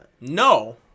No